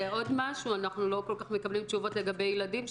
ואנחנו גם לא כל כך מקבלים תשובות לגבי ילדים,